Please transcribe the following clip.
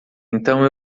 então